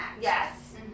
Yes